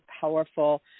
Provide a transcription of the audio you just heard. powerful